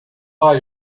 are